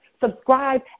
Subscribe